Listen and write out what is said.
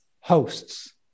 hosts